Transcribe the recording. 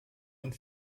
und